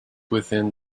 within